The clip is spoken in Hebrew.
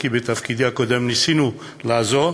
כי בתפקידי הקודם ניסינו לעזור,